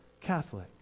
Catholic